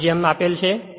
આને જેમ આપેલ છે